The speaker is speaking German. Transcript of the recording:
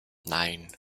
nein